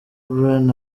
bryan